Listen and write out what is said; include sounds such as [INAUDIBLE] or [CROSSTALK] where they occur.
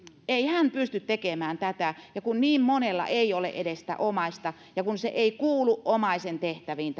ei hän pysty tekemään sitä niin monella ei ole edes sitä omaista ja se laadunvalvonta ei kuulu omaisen tehtäviin [UNINTELLIGIBLE]